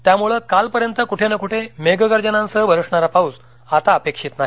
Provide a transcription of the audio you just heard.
त्यामुळे कालपर्यंत कुठेना कुठे मेघगर्जनांसह बरसणारा पाऊस आता अपेक्षित नाही